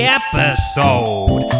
episode